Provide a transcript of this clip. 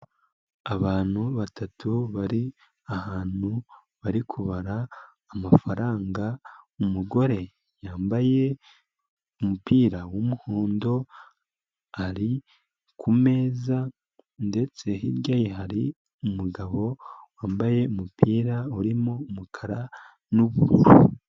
Abantu batatu bari, ahantu bari kubara amafaranga. Umugore yambaye umupira w'umuhondo ari kumeza ndetse hirya hari umugabo wambaye umupira urimo umukara n'ubururu.